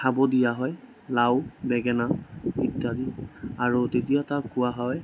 খাব দিয়া হয় লাও বেঙেনা ইত্যাদি আৰু তেতিয়া তাক কোৱা হয়